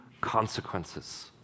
consequences